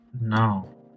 No